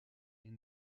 est